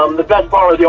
um the best part